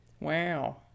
wow